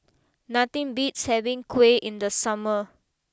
nothing beats having Kuih in the summer